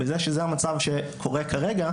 וזה שזה המצב שקורה כרגע,